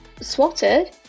swatted